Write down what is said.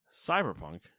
Cyberpunk